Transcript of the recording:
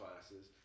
classes